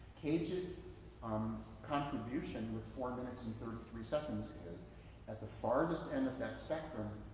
cage's um contribution with four minutes and thirty-three seconds is that the farthest end of that spectrum,